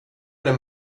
den